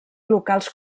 locals